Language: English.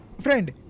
friend